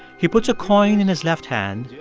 he puts a coin in his left hand,